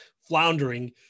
floundering